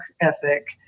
ethic